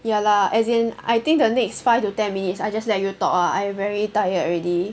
ya lah as in I think the next five to ten minutes I just let you talk ah I very tired already